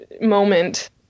moment